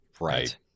right